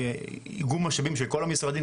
איגום משאבים של כל המשרדים,